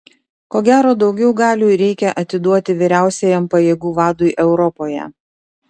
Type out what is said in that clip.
ko gero daugiau galių reikia atiduoti vyriausiajam pajėgų vadui europoje